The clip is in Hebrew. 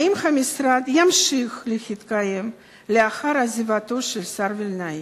האם המשרד ימשיך להתקיים לאחר עזיבתו של השר וילנאי?